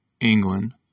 England